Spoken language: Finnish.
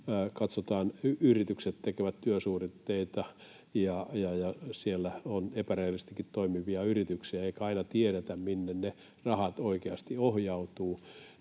nyt yritykset tekevät työsuoritteita ja siellä on epärehellisestikin toimivia yrityksiä, eikä aina tiedetä, minne ne rahat oikeasti ohjautuvat